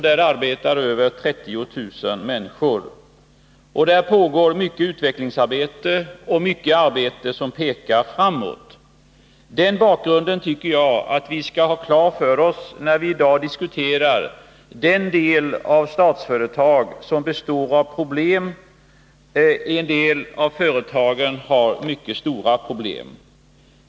Där arbetar över 30 000 personer. Och där pågår mycket utvecklingsarbete och mycket arbete som pekar framåt. Den bakgrunden tycker jag att vi skall ha klar för oss när vi i dag diskuterar den del av Statsföretag som består av företag med problem — en del av dem har mycket stora problem.